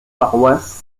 paroisses